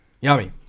yummy